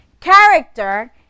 character